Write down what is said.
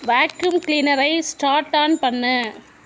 vacuum கிளீனரை start on பண்ணு